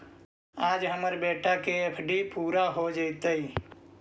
आज हमार बेटा के एफ.डी पूरा हो जयतई